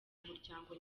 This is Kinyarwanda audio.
umuryango